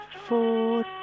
four